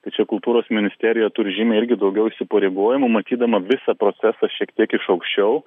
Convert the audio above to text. tai čia kultūros ministerija turi žymiai irgi daugiau įsipareigojimų matydama visą procesą šiek tiek iš aukščiau